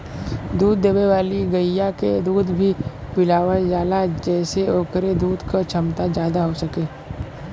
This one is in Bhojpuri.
दूध देवे वाली गइया के दूध भी पिलावल जाला जेसे ओकरे दूध क छमता जादा हो सके